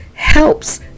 helps